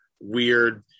weird